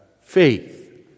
faith